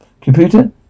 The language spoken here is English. Computer